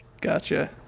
gotcha